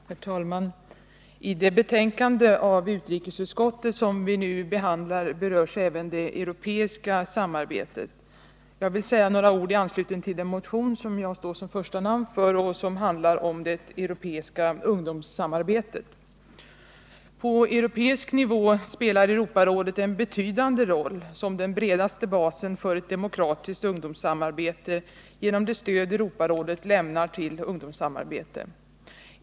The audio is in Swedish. Herr talman! I det betänkande från utrikesutskottet som vi nu behandlar berörs även det europeiska samarbetet. Jag vill säga några ord i anslutning till den motion som jag står som första namn på och som handlar om det europeiska ungdomssamarbetet. På europeisk nivå spelar Europarådet en betydande roll som den bredaste basen för ett demokratiskt ungdomssamarbete genom det stöd Europarådet lämnar till ungdomssamarbetet.